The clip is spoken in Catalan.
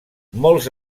molts